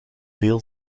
veel